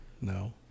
No